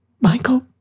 Michael